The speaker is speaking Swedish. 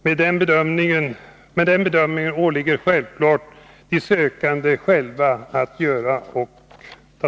Men den bedömningen åligger det givetvis de sökande själva att göra.